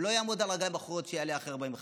ולא אעמוד על הרגליים האחוריות שזה יעלה אחרי 45 יום.